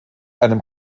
einem